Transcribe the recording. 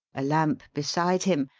a lamp beside him,